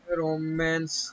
romance